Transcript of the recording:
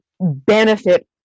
benefit